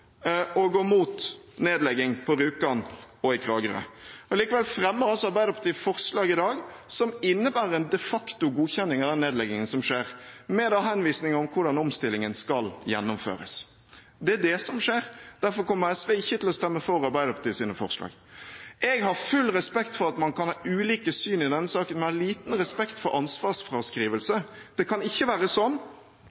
å gå mot nedlegging på Rjukan og i Kragerø. Likevel fremmer Arbeiderpartiet i dag forslag som innebærer en de facto godkjenning av den nedleggingen som skjer med henvisning til hvordan omstillingen skal gjennomføres. Det er det som skjer. Derfor kommer ikke SV til å stemme for Arbeiderpartiets forslag. Jeg har full respekt for at man kan ha ulike syn i denne saken, men har liten respekt for ansvarsfraskrivelse.